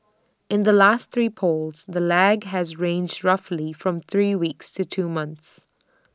in the last three polls the lag has ranged roughly from three weeks to two months